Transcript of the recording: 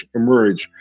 emerge